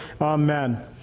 Amen